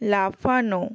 লাফানো